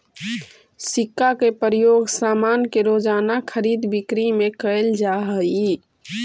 सिक्का के प्रयोग सामान के रोज़ाना खरीद बिक्री में कैल जा हई